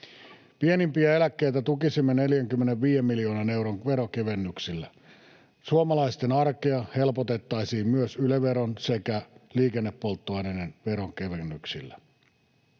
Pienimpiä eläkkeitä tukisimme 45 miljoonan euron veronkevennyksillä. Suomalaisten arkea helpotettaisiin myös Yle-veron sekä liikennepolttoaineiden veronkevennyksillä.